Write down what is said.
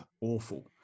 awful